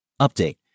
Update